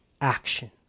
action